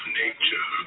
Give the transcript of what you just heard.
nature